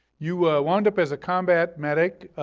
you wound up as a combat medic,